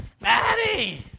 Maddie